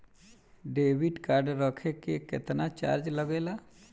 Debit card रखे के केतना चार्ज लगेला?